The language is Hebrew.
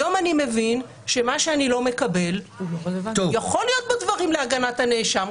היום אני מבין שמה שאני לא מקבל יכולים להיות בו דברים להגנת הנאשם,